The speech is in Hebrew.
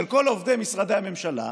של כל עובדי משרדי הממשלה,